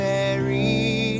Mary